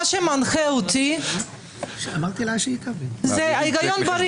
מה שמנחה אותי זה היגיון בריא.